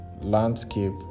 landscape